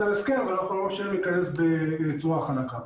על הסכם אבל אתה לא מאפשר להיכנס בצורה חלקה.